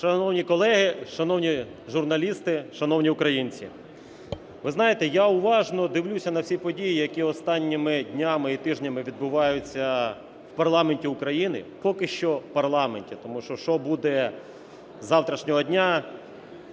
Шановні колеги, шановні журналісти, шановні українці! Ви знаєте, я уважно дивлюся на всі події, які останніми днями і тижнями відбуваються в парламенті України. Поки що в парламенті, тому що що буде із завтрашнього дня